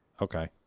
Okay